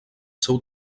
seu